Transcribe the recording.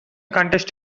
contest